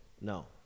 No